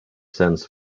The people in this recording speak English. sense